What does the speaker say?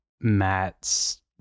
matt's